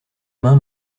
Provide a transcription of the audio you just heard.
main